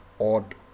odd